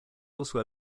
also